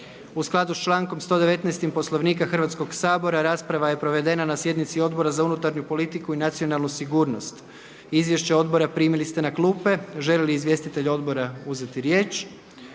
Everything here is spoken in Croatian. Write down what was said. U skladu s člankom 119. Poslovnika Hrvatskog sabora rasprava je provedena na sjednici Odbora za Ustav, Poslovnik i politički sustav. Izvješće odbora primili ste na klupe. Želi li izvjestitelj odbora uzeti riječ?